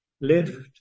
lift